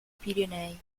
pirenei